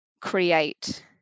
create